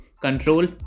Control